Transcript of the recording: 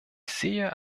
sehe